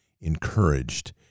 encouraged